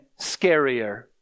scarier